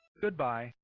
Goodbye